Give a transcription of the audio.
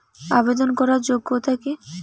আবেদন করার যোগ্যতা কি?